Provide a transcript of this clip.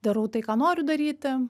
darau tai ką noriu daryti